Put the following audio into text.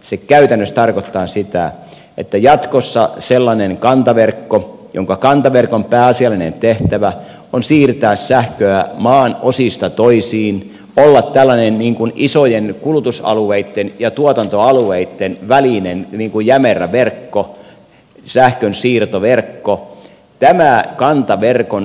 se käytännössä tarkoittaa sitä että jatkossa sellaisen kantaverkon jonka kantaverkon pääasiallinen tehtävä on siirtää sähköä maan osista toisiin olla tällainen isojen kulutusalueitten ja tuotantoalueitten välinen jämerä verkko sähkönsiirtoverkko